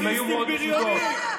אתם אנרכיסטים בריונים.